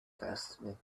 destiny